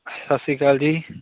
ਸਤਿ ਸ਼੍ਰੀ ਅਕਾਲ ਜੀ